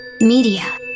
Media